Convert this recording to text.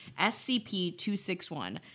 SCP-261